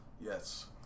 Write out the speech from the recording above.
Yes